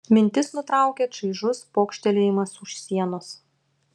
mintis nutraukė čaižus pokštelėjimas už sienos